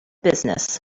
business